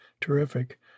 terrific